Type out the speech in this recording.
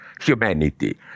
humanity